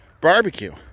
barbecue